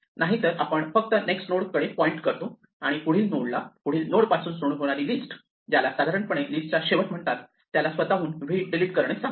नाहीतर आपण फक्त नेक्स्ट नोडकडे पॉईंट करतो आणि पुढील नोडला पुढील नोडपासून सुरू होणारी लिस्ट ज्याला साधारणपणे लिस्ट चा शेवट म्हणतात त्याला स्वतःहून v डिलीट करणे सांगू